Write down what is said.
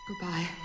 Goodbye